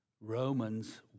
Romans